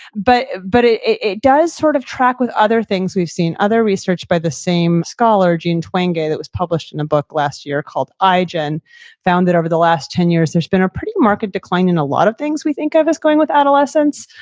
but but it it does sort of track with other things we've seen, other research by the same scholar, jean twenge that was published in a book last year called igen, and found that over the last ten years, there's been a pretty market decline in a lot of things we think of as going with adolescence.